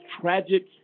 tragic